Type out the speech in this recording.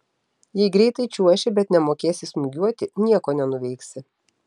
jei greitai čiuoši bet nemokėsi smūgiuoti nieko nenuveiksi